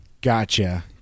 Gotcha